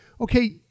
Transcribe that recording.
okay